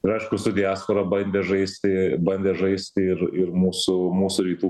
tai aišku su diaspora bandė žaisti bandė žaisti ir ir mūsų mūsų rytų